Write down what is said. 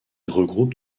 regroupe